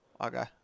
Okay